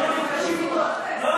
סגן השר סגלוביץ', בבקשה.